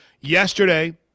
Yesterday